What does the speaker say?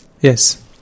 Yes